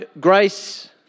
grace